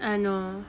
err no